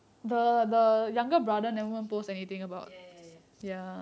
ya ya ya